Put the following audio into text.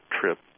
trip